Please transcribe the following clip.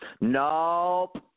Nope